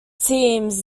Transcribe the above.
seems